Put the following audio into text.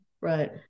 right